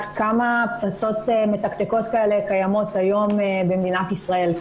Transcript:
כמה פצצות מתקתקות כאלה קיימות היום במדינת ישראל?